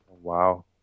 Wow